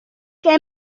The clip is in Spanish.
que